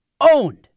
owned